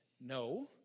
No